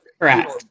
correct